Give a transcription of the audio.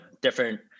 different